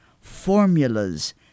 formulas